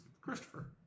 Christopher